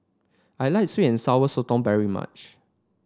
I like sweet and Sour Sotong very much